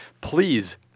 Please